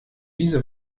diese